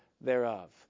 thereof